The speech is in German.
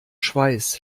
schweiß